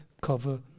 cover